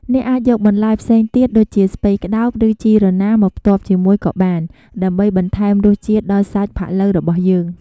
អ្នកអាចយកបន្លែផ្សេងទៀតដូចជា ស្ពៃក្ដោប ឬជីរណាមកផ្ទាប់ជាមួយក៏បាន ដើម្បីបន្ថែមរសជាតិដល់សាច់ផាក់ឡូវរបស់យើង។